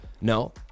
No